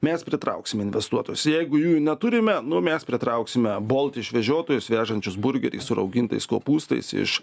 mes pritrauksim investuotus jeigu jų neturime nu mes pritrauksime bolt išvežiotojus vežančius burgerį su raugintais kopūstais iš